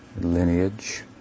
lineage